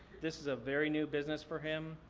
this is a very new business for him.